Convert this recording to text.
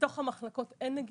בתוך המחלקות אין נגישות.